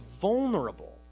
vulnerable